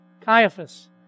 Caiaphas